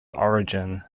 origin